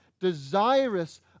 desirous